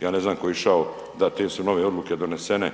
ja ne znam ko je išao da te su nove odluke donesene.